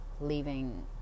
leaving